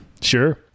Sure